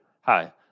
Hi